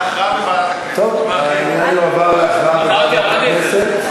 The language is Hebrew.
העניין יועבר להכרעה בוועדת הכנסת.